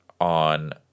on